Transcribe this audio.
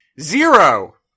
zero